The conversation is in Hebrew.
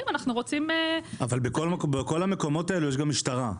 בכל המקומות האלה יש גם משטרה.